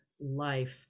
life